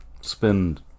spend